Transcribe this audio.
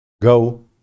go